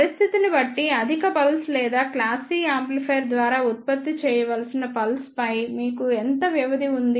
పరిస్థితిని బట్టి అధిక పల్స్ లేదా క్లాస్ C యాంప్లిఫైయర్ ద్వారా ఉత్పత్తి చేయవలసిన పల్స్ పై మీకు ఎంత వ్యవధి ఉంది